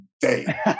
day